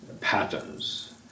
patterns